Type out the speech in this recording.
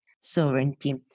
sovereignty